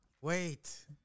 Wait